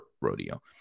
rodeo